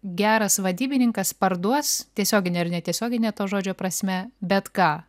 geras vadybininkas parduos tiesiogine ar ne tiesiogine to žodžio prasme bet ką